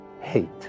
hate